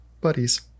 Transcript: buddies